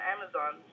Amazon